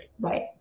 Right